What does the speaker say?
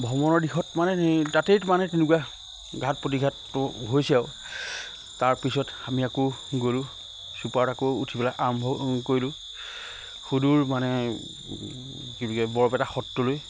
ভ্ৰমণৰ দিশত মানে এ তাতেই মানে তেনেকুৱা ঘাত প্ৰতিঘাত হৈছে আৰু তাৰপিছত আমি আকৌ গ'লোঁ চুপাৰত আকৌ উঠি পেলাই আৰম্ভ কৰিলোঁ সুদূৰ মানে কি বোলে বৰপেটা সত্ৰলৈ